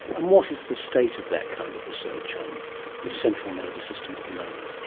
and what is the state of that kind of research on the central nervous system at the moment?